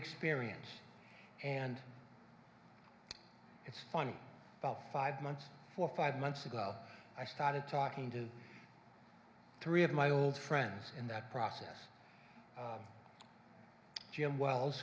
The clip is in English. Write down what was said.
experience and it's funny about five months four five months ago i started talking to three of my old friends in that process jim wells